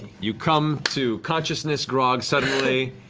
you come to consciousness, grog, suddenly,